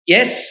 Yes